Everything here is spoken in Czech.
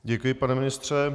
Děkuji, pane ministře.